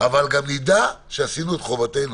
ואנחנו נדע שעשינו את חובתנו.